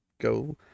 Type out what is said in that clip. go